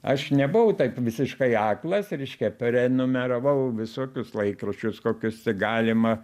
aš nebuvau taip visiškai aklas reiškia prenumeravau visokius laikraščius kokius tik galima